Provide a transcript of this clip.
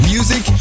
Music